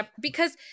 Because-